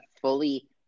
fully